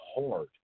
hard